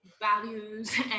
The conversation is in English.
values